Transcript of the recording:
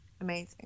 Amazing